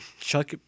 Chuck